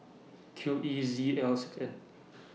Q E Z L six N